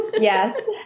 Yes